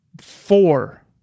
four